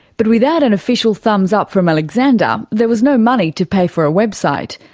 but without an official thumbs up from alexander there was no money to pay for a website.